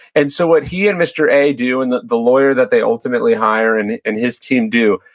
and so what he and mr. a do, and the the lawyer that they ultimately hire and and his team do,